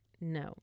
No